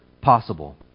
possible